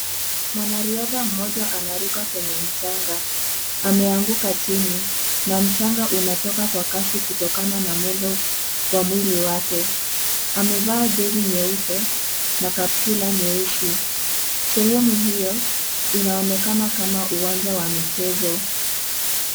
Mwanariadha mmoja anaruka kwenye mchanga, ameanguaka chini na mchanga unatoka kwa kasi kutokana na mwendo wa mwili wake. Amevaa jezi nyeupe na kaptura nyeusi. Sehemu hiyo inaonekana kama uwanja wa michezo.